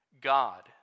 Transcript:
God